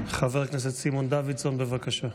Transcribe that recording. חבר הכנסת סימון דוידסון, בבקשה.